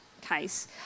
case